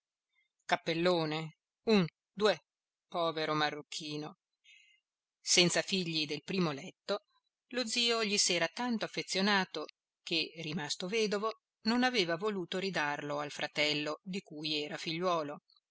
cappellone un due povero marruchino senza figli del primo letto lo zio gli s'era tanto affezionato che rimasto vedovo non aveva voluto ridarlo al fratello di cui era figliuolo